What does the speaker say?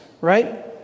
right